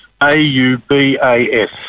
A-U-B-A-S